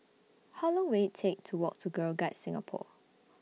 How Long Will IT Take to Walk to Girl Guides Singapore